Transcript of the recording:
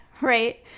right